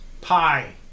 pi